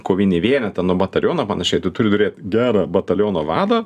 kovinį vienetą nu batalioną panašiai tu turi turėt gerą bataliono vadą